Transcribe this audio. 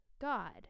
God